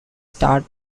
start